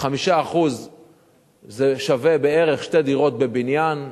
ו-5% שווים בערך שתי דירות בבניין.